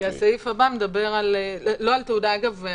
הסעיף הבא מדבר לא על תעודה אגב.